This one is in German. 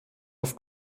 auf